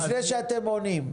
לפני שאתם עונים,